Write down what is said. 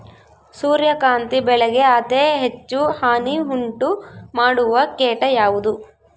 ಸೂರ್ಯಕಾಂತಿ ಬೆಳೆಗೆ ಅತೇ ಹೆಚ್ಚು ಹಾನಿ ಉಂಟು ಮಾಡುವ ಕೇಟ ಯಾವುದು?